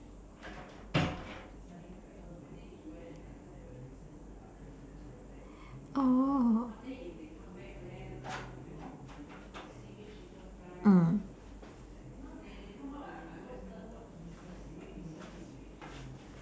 oh mm